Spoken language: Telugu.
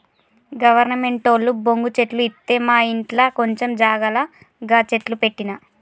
గవర్నమెంటోళ్లు బొంగు చెట్లు ఇత్తె మాఇంట్ల కొంచం జాగల గ చెట్లు పెట్టిన